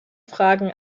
fragen